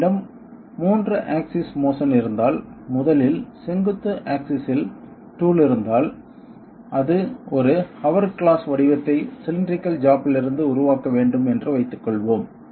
நம்மிடம் 3 axis motion இருந்தால் முதலில் செங்குத்து ஆக்சிஸ் இல் டூல் இருந்தால் அது ஒரு ஹௌர்க்ளாஸ் வடிவத்தை சிலிண்ட்ரிகள் ஜாப்லிருந்து உருவாக்க வேண்டும் என்று வைத்துக்கொள்வோம்